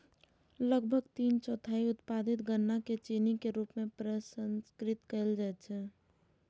लगभग तीन चौथाई उत्पादित गन्ना कें चीनी के रूप मे प्रसंस्कृत कैल जाइ छै